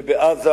ובעזה,